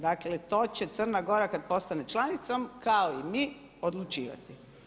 Dakle to će Crna Gora kada postane članicom kao i mi odlučivati.